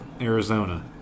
Arizona